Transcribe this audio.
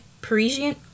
Parisian